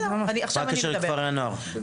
מה הקשר לכפרי הנוער?